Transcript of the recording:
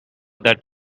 that